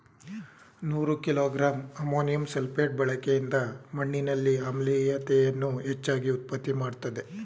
ನೂರು kilogram ammonium sulphate ಬಳಕೆಯಿಂದ ಮಣ್ಣಿನಲ್ಲಿ ಆಮ್ಲೀಯತೆಯನ್ನು ಹೆಚ್ಚಾಗಿ ಉತ್ಪತ್ತಿ ಮಾಡ್ತದೇ